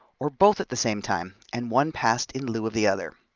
or both at the same time, and one passed in lieu of the other.